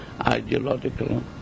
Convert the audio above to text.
ideological